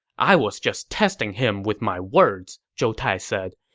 i was just testing him with my words, zhou tai said.